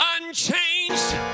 unchanged